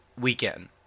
weekend